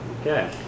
okay